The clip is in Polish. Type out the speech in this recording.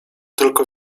tylko